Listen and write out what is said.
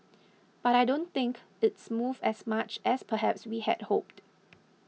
but I don't think it's moved as much as perhaps we had hoped